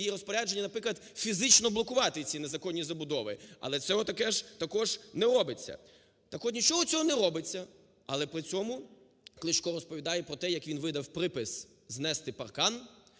її розпорядженні, наприклад, фізично блокувати ці незаконні забудови, але цього також не робиться. Так от нічого цього не робиться, але при цьому Кличко розповідає про те, як він видав припис знести паркан